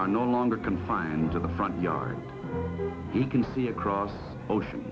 are no longer confined to the front yard he can see across ocean